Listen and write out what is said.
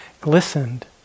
glistened